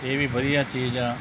ਇਹ ਵੀ ਵਧੀਆ ਚੀਜ਼ ਆ